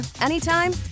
anytime